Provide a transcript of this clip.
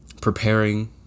preparing